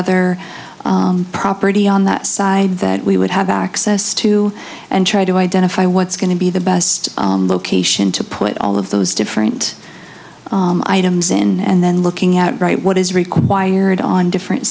other property on that side that we would have access to and try to identify what's going to be the best location to put all of those different items in and then looking at right what is required on different